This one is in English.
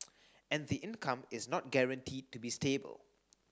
and the income is not guaranteed to be stable